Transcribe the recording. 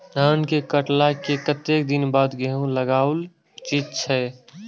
धान के काटला के कतेक दिन बाद गैहूं लागाओल उचित छे?